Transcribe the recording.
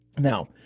Now